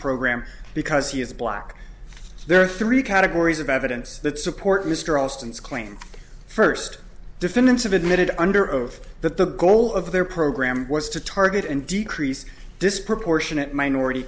program because he is black there are three categories of evidence that support mr alston's claim first defendants have admitted under oath that the goal of their program was to target and decrease disproportionate minority